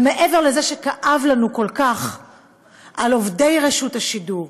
ומעבר לזה שכאב לנו כל כך על עובדי רשות השידור,